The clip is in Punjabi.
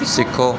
ਸਿੱਖੋ